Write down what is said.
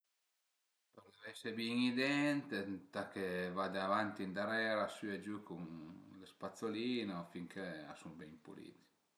Për fërtese bin i dent ëntà che vade avanti e ëndarera, sü e giü cun lë spazzolino fin ch'a sun ben pulit